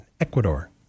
Ecuador